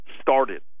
started